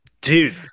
dude